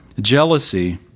Jealousy